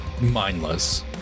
mindless